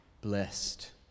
Blessed